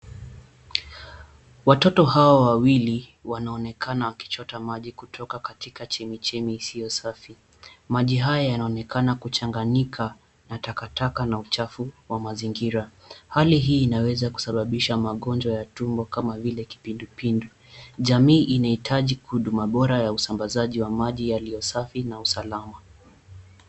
Watoto hawa wawili wanaonekana wakichota maji kutoka katika chemichemi isiyo safi. Maji haya yanaonekana kuchanganyika na takataka na uchafu wa mazingira. Hali hii inaweza kusababisha magonjwa ya tumbo kama vile kipindupindu. Jamii inahitaji huduma bora ya usambazaji wa maji yaliyo safi na salama.